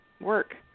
work